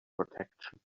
protection